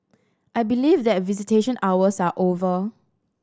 I believe that visitation hours are over